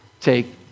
take